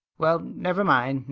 well, never mind.